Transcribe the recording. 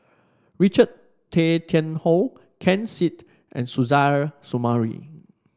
Richard Tay Tian Hoe Ken Seet and Suzairhe Sumari